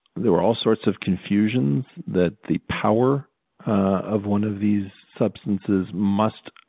there were all sorts of confusions that the power of one of these substances must